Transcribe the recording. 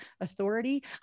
authority